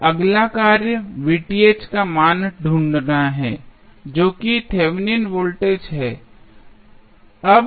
अब अगला कार्य का मान ढूंढना है जो कि थेवेनिन वोल्टेज है